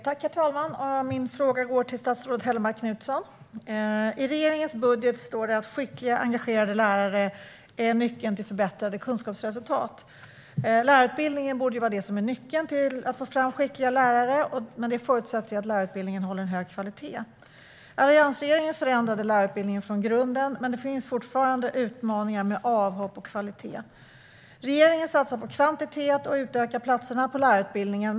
Herr talman! Min fråga går till statsrådet Hellmark Knutsson. I regeringens budget står det att skickliga, engagerade lärare är nyckeln till förbättrade kunskapsresultat. Lärarutbildningen borde ju vara det som är nyckeln till att få fram skickliga lärare, men det förutsätter att lärarutbildningen håller en hög kvalitet. Alliansregeringen förändrade lärarutbildningen från grunden, men det finns fortfarande utmaningar med avhopp och kvalitet. Regeringen satsar på kvantitet och utökar platserna på lärarutbildningen.